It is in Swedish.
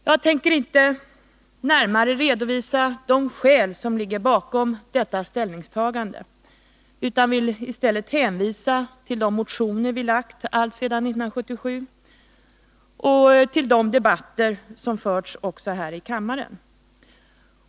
Jag tänker inte närmare redovisa de skäl som ligger bakom detta ställningstagande, utan hänvisar i stället till de motioner vi väckt alltsedan 1977 och de debatter som förts, också här i kammaren.